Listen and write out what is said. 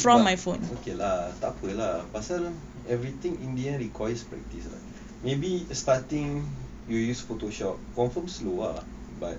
but okay lah tak apa lah pasal everything in the end requires practice ah maybe at starting you will use photoshop confirm slow ah but